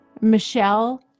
Michelle